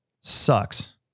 sucks